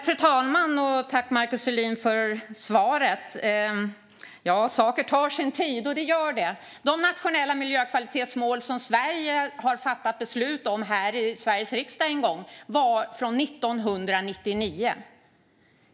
Fru talman! Tack, Markus Selin, för svaret! Ja, saker tar sin tid. De nationella miljökvalitetsmål som Sverige en gång har fattat beslut om här i riksdagen är från 1999.